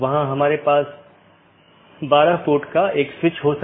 संदेश भेजे जाने के बाद BGP ट्रांसपोर्ट कनेक्शन बंद हो जाता है